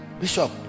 bishop